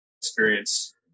experience